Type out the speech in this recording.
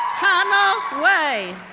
hannah wei,